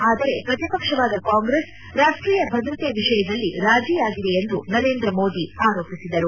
ಆದರೆ ಪ್ರತಿಪಕ್ಷವಾದ ಕಾಂಗ್ರೆಸ್ ರಾಷ್ಟೀಯ ಭದ್ರತೆ ವಿಷಯದಲ್ಲಿ ರಾಜೆಯಾಗಿದೆ ಎಂದು ನರೇಂದ್ರ ಮೋದಿ ಆರೋಪಿಸಿದರು